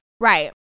Right